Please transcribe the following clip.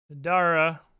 Dara